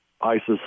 ISIS